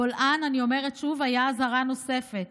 הבולען, אני אומרת שוב, היה אזהרה נוספת.